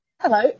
Hello